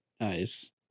Nice